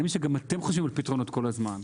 אני מבין שגם אתם חושבים על פתרונות כל הזמן.